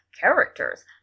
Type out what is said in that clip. characters